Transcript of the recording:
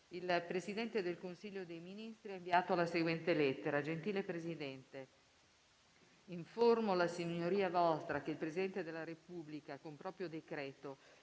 il Presidente del Consiglio dei ministri ha inviato la seguente lettera: «Roma, 24 settembre 2021 Gentile Presidente, informo la Signoria Vostra che il Presidente della Repubblica, con proprio decreto